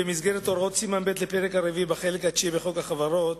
במסגרת הוראות סימן ב' לפרק הרביעי בחלק התשיעי בחוק החברות,